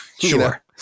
Sure